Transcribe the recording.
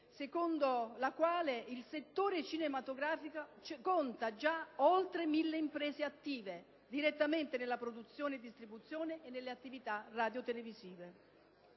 secondo i quali il settore cinematografico conta già oltre mille imprese attive direttamente nella produzione e distribuzione e nelle attività radiotelevisive.